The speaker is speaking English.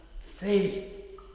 faith